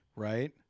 Right